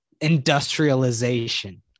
Industrialization